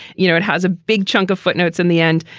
you know, it has a big chunk of footnotes in the end.